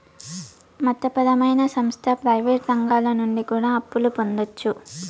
మత పరమైన సంస్థ ప్రయివేటు రంగాల నుండి కూడా అప్పులు పొందొచ్చు